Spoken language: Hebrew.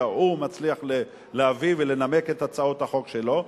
מצליח להביא ולנמק את הצעות החוק שלו,